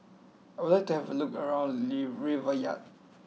I would like to have a look around Riyadh